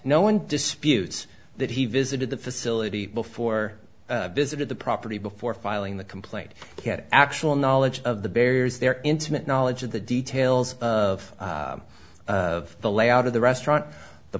no one disputes that he visited the facility before visited the property before filing the complaint that actual knowledge of the bears their intimate knowledge of the details of of the layout of the restaurant the